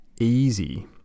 easy